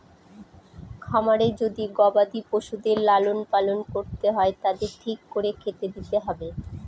খামারে যদি গবাদি পশুদের লালন পালন করতে হয় তাদের ঠিক করে খেতে দিতে হবে